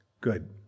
good